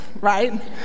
right